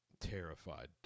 Terrified